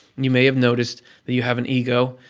you may have noticed that you have an ego.